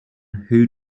who